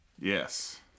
yes